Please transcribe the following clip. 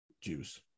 juice